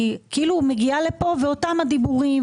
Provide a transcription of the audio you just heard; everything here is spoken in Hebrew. אני מגיעה לפה ושומעת את אותם הדיבורים,